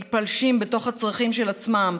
מתפלשים בתוך הצרכים של עצמם,